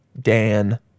Dan